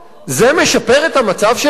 זה משפר את המצב שלנו?